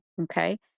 okay